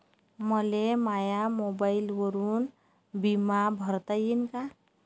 मले माया मोबाईलवरून बिमा भरता येईन का?